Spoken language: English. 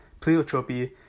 pleiotropy